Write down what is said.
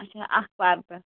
اَچھا اَکھ پردٕ